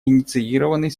инициированный